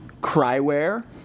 Cryware